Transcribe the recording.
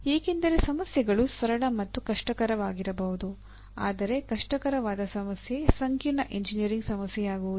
ಏಕೆಂದರೆ ಸಮಸ್ಯೆಗಳು ಸರಳ ಮತ್ತು ಕಷ್ಟಕರವಾಗಿರಬಹುದು ಆದರೆ ಕಷ್ಟಕರವಾದ ಸಮಸ್ಯೆ ಸಂಕೀರ್ಣ ಎಂಜಿನಿಯರಿಂಗ್ ಸಮಸ್ಯೆಯಾಗುವುದಿಲ್ಲ